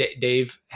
Dave